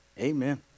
amen